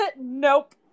nope